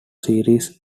series